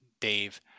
Dave